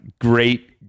Great